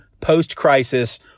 post-crisis